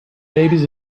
babies